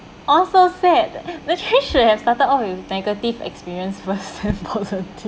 oh so sad actually should have started off with negative experience first then positive